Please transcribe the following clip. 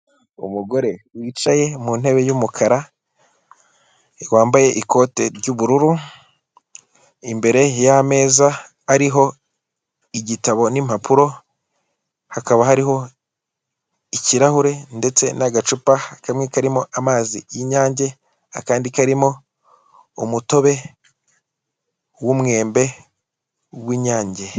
Umugore wicaye mu ntebe y'umukara wambaye ikote ry'ubururu imbere y'ameza ariho igitabo n'impapuro hakaba hariho ikirahure ndetse n'agacupa kamwe karimo amazi y'Inyange, akandi karimo umutobe w'umwembe w'Inyange.